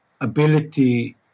ability